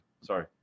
Sorry